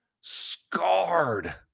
scarred